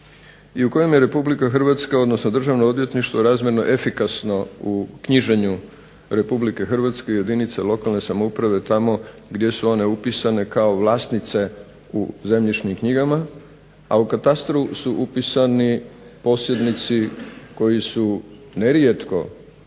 i u kojem je RH odnosno Državno odvjetništvo razmjerno efikasno u knjiženju RH i jedinice lokalne samouprave tamo gdje su one upisane kao vlasnice u zemljišnim knjigama, a u katastru su upisani posebnici koji su nerijetko